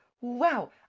Wow